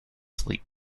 sleep